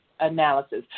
analysis